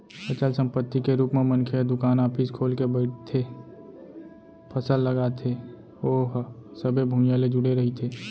अचल संपत्ति के रुप म मनखे ह दुकान, ऑफिस खोल के बइठथे, फसल लगाथे ओहा सबे भुइयाँ ले जुड़े रहिथे